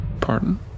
Pardon